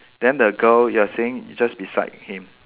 then the girl you are saying is just beside him